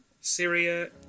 Syria